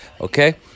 Okay